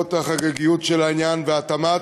למרות החגיגיות של העניין והתאמת